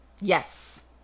Yes